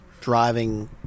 driving